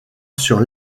sur